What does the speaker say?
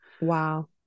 wow